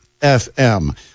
FM